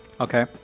Okay